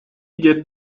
get